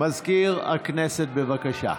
מזכיר הכנסת, בבקשה.